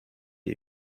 you